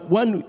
one